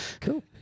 Cool